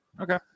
Okay